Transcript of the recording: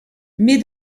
mais